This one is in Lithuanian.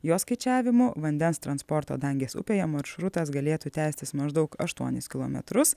jos skaičiavimu vandens transporto dangės upėje maršrutas galėtų tęstis maždaug aštuonis kilometrus